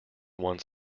one